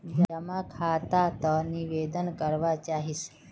जमा खाता त निवेदन करवा चाहीस?